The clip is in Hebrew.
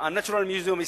ה-Natural History Museum.